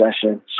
session